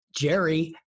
Jerry